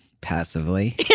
passively